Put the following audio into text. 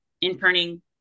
interning